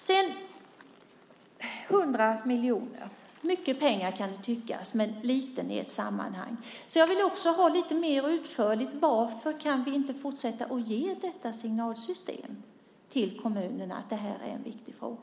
Sedan är dessa 100 miljoner kronor mycket pengar, kan det tyckas, men det är lite i ett sammanhang. Jag vill också höra lite mer utförligt förklarat varför vi inte kan fortsätta med detta signalsystem till kommunerna om att det här är en viktig fråga.